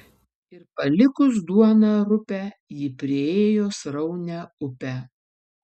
ir palikus duoną rupią ji priėjo sraunią upę